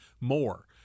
more